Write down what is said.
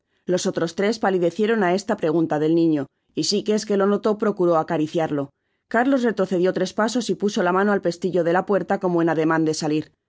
los otros tres palidecieron á esta pregunta del niño y sikes que lo notó procuró acariciarlo carlos retrocedió tres pasos y puso la mano al pestillo de la puerta como en ademan de salir